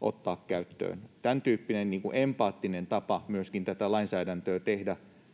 ottaa käyttöön — tämäntyyppinen empaattinen tapa myöskin tätä lainsäädäntöä tehdä,